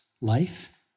life